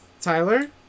Tyler